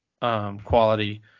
quality